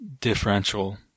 differential